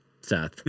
Seth